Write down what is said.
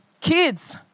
Kids